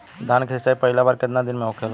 धान के सिचाई पहिला बार कितना दिन पे होखेला?